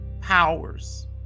powers